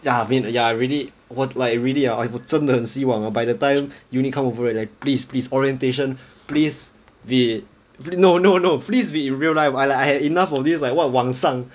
ya I mean ya really want like really ah 我真的很希望 hor by the time uni come over already like please please orientation please they no no no please be in real life I like I had enough of these like what 网上